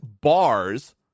bars